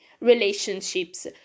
relationships